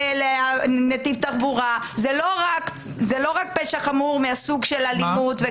לנתיב תחבורה וזה לא רק פשע חמור מהסוג של אלימות.